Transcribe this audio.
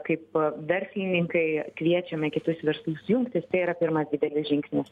kaip verslininkai kviečiame kitus verslus jungtis tai yra pirmas didelis žingsnis